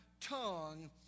tongue